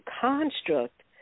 construct